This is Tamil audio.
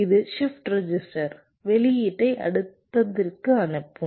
இது ஷிப்ட் ரெசிஸ்டர் வெளியீட்டை அடுத்ததிற்கு அணுப்பும்